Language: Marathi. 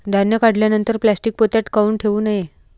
धान्य काढल्यानंतर प्लॅस्टीक पोत्यात काऊन ठेवू नये?